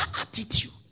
attitude